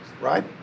right